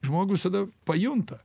žmogus tada pajunta